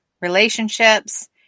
relationships